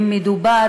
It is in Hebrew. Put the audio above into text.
אם מדובר